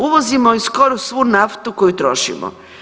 Uvozimo i skoro svu naftu koju trošimo.